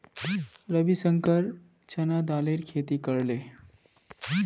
रविशंकर चना दालेर खेती करले